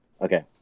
okay